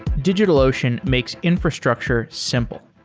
digitalocean makes infrastructure simple.